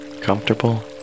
comfortable